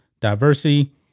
diversity